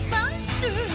Monster